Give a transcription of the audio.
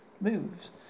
moves